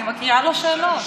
אני מקריאה לו שאלות.